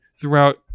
throughout